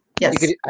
yes